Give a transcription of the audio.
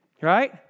right